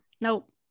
nope